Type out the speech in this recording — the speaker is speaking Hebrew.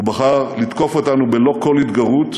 ובחר לתקוף אותנו בלא כל התגרות,